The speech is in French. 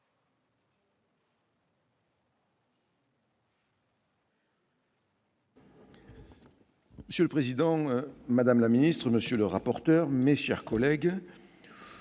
monsieur le président de la commission, monsieur le rapporteur, mes chers collègues,